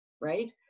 Right